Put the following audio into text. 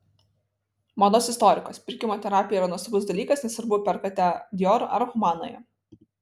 mados istorikas pirkimo terapija yra nuostabus dalykas nesvarbu perkate dior ar humanoje